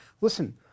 Listen